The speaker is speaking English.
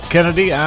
Kennedy